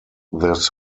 this